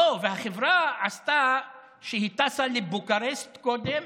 והחברה עשתה כך שהיא טסה לבוקרשט קודם,